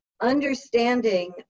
Understanding